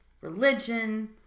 religion